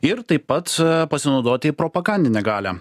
ir taip pat pasinaudoti propagandinę galią